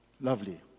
Lovely